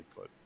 Bigfoot